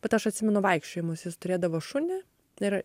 bet aš atsimenu vaikščiojimus jis turėdavo šunį ir